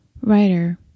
writer